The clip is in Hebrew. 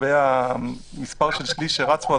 לגבי המספר של שליש שרץ פה,